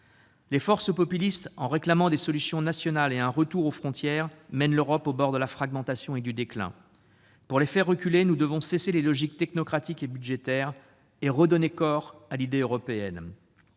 Les forces populistes, en réclamant des solutions nationales et un retour aux frontières, mènent l'Europe au bord de la fragmentation et du déclin. Pour les faire reculer, nous devons mettre un terme aux logiques technocratiques et budgétaires et redonner corps à l'idée européenne.